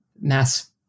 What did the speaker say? mass